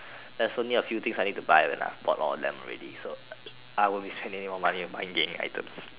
there's only a few thing I need to buy and I bought all of them already so I won't be spending more money buying game items